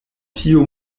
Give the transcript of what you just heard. tiu